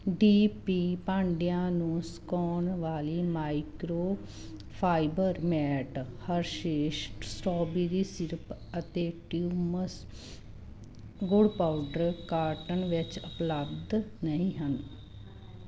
D P ਭਾਂਡਿਆਂ ਨੂੰ ਸੁਕਾਉਣ ਵਾਲੀ microfibre mat Hershey's strawberry syrup ਅਤੇ ਟਿਮਿਓਸ ਗੁੜ ਪਾਊਡਰ ਕਾਰਟ ਵਿੱਚ ਉਪਲੱਬਧ ਨਹੀਂ ਹਨ